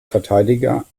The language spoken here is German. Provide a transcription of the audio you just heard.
verteidiger